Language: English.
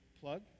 plug